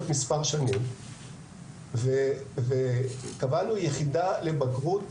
מספר שנים וקבענו יחידה ממוחשבת לבגרות,